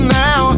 now